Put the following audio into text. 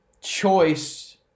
choice